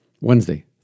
Wednesday